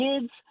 kids